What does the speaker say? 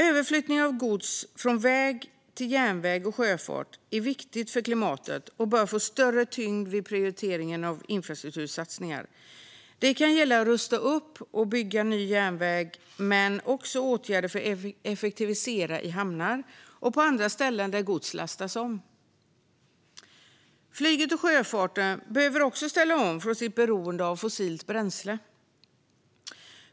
Överflyttning av gods från väg till järnväg och sjöfart är viktigt för klimatet och bör få större tyngd vid prioritering av infrastruktursatsningar. Det kan gälla att rusta upp och bygga ny järnväg, men det kan också gälla åtgärder för att effektivisera i hamnar och på andra ställen där gods lastas om. Flyget och sjöfarten behöver också ställa om från sitt beroende av fossilt bränsle.